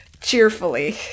cheerfully